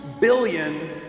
billion